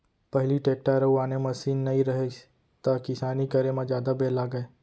पहिली टेक्टर अउ आने मसीन नइ रहिस त किसानी करे म जादा बेर लागय